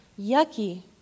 yucky